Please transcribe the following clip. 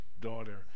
daughter